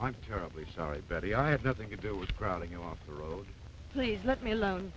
i'm terribly sorry betty i have nothing to do with grabbing off the road please let me alone